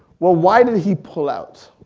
well why did he pull out?